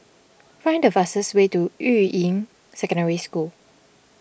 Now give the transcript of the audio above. find the fastest way to Yuying Secondary School